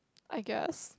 I guess